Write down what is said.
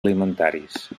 alimentaris